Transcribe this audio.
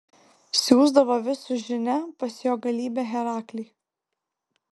siųsdavo vis su žinia pas jo galybę heraklį